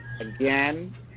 Again